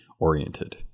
oriented